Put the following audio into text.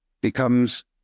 becomes